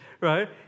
right